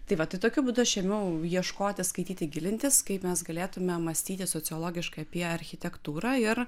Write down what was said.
tai vat tai tokiu būdu aš ėmiau ieškoti skaityti gilintis kaip mes galėtumėm mąstyti sociologiškai apie architektūrą ir